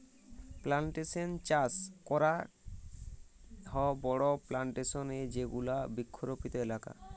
plantation চাস করাক হ বড়ো প্লানটেশন এ যেগুলা বৃক্ষরোপিত এলাকা